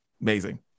Amazing